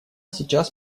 сейчас